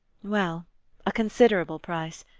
well a considerable price.